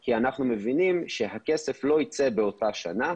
כי אנחנו מבינים שהכסף לא ייצא באותה שנה,